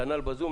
כנ"ל ב"זום",